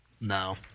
No